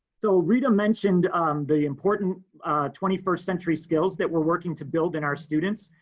so rita mentioned the important twenty first century skills that we're working to build in our students.